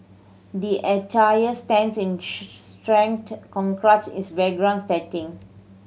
the attire stands in its background setting